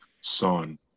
son